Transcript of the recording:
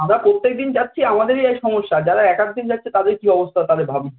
আমরা প্রত্যেকদিন যাচ্ছি আমাদেরই এই সমস্যা যারা এক এক দিন যাচ্ছে তদের কী অবস্থা তাহলে ভাবুন